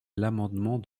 l’amendement